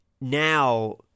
Now